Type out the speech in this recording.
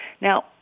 Now